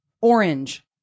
Orange